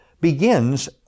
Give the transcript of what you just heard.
begins